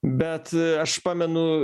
bet aš pamenu